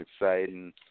exciting